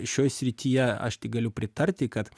šioj srityje aš tik galiu pritarti kad